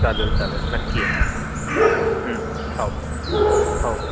चालेल चालेल नक्की या हो हो हो